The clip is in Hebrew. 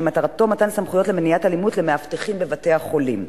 ומטרתו מתן סמכויות למניעת אלימות כלפי מאבטחים בבתי-החולים.